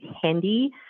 handy